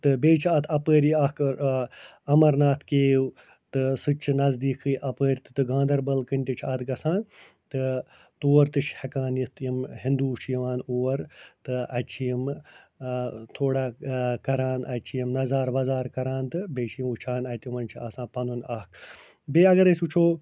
تہٕ بیٚیہِ چھِ اتھ اپٲری اکھ امرناتھ کیٚو تہٕ سُہ تہِ چھُ نٔزدیٖکٕے اپٲرۍ تہِ تہٕ گانٛدربل کِنۍ تہِ چھِ اتھ گژھان تہٕ تور تہِ چھِ ہٮ۪کان یِتھ یِم ہِندوٗ چھِ یِوان اور تہٕ اَتہِ چھِ یِم تھوڑا کَران اَتہِ چھِ یِم نظارٕ وظارٕ کَران تہٕ بیٚیہِ چھِ یِم وُچھان اَتہِ تِمن چھُ آسان پنُن اَکھ بیٚیہِ اگر أسۍ وُچھُو